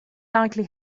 likely